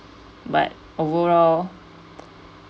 but overall